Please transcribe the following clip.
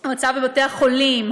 בבתי-החולים,